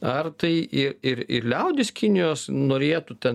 ar tai ir ir ir liaudis kinijos norėtų ten